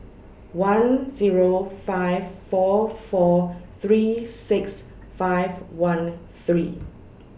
one Zero five four four three six five one three